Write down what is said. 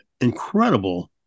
Incredible